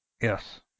Yes